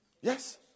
Yes